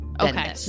Okay